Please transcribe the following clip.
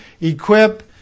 equip